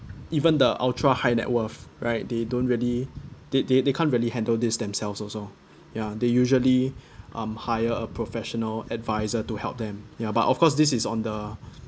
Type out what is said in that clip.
even the ultra high net worth right they don't really they they can't really handle this themselves also ya they usually um hire a professional adviser to help them ya but of course this is on the